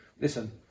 Listen